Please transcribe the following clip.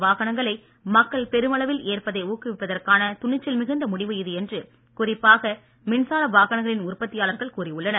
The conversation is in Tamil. வாகனங்களை மக்கள் பெருமளவில் ஏற்பதை ஊக்குவிப்பதற்கான துணிச்சல் மிகுந்த முடிவு இது என்று குறிப்பாக மின்சார வாகனங்களின் உற்பத்தியாளர்கள் கூறியுள்ளனர்